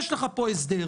יש לך פה הסדר,